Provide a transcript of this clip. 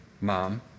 Mom